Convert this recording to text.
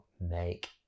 make